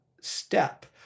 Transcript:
step